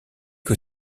que